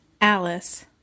Alice